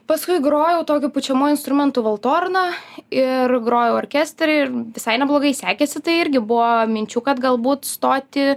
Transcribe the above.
paskui grojau tokiu pučiamuoju instrumentu valtorna ir grojau orkestre ir visai neblogai sekėsi tai irgi buvo minčių kad galbūt stoti